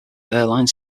airline